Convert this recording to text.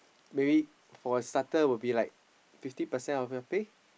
maybe for starter would like fifty percent of your pay